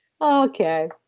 Okay